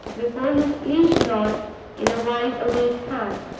before his liege lord in a wide-awake hat.